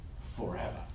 forever